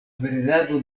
bredado